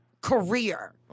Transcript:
career